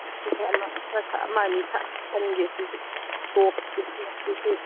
ꯑꯃ ꯑꯅꯤ ꯈꯔ ꯈꯟꯒꯦ ꯁꯤꯁꯨ ꯇꯣꯞꯁꯤꯁꯨ